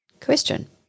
Question